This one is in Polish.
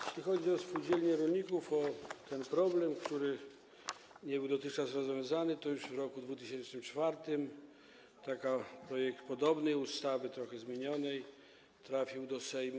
Jeśli chodzi o spółdzielnie rolników, o ten problem, który nie był dotychczas rozwiązany, to już w roku 2004 projekt podobnej ustawy, trochę zmienionej, trafił do Sejmu.